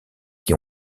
qui